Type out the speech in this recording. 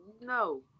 no